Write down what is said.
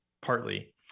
partly